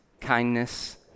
kindness